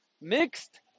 mixed